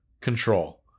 control